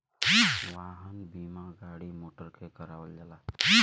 वाहन बीमा गाड़ी मोटर के करावल जाला